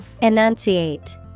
Enunciate